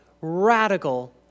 radical